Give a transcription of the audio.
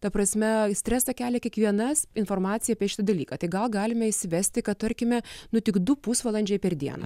ta prasme stresą kelia kiekvienas informacija apie šitą dalyką tai gal galime įsivesti kad tarkime nu tik du pusvalandžiai per dieną